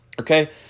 Okay